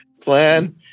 plan